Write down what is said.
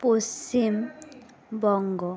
Paschimbanga